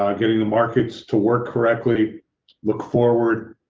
um getting the markets to work correctly look forward.